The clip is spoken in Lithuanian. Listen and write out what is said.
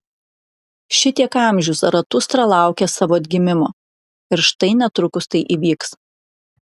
šitiek amžių zaratustra laukė savo atgimimo ir štai netrukus tai įvyks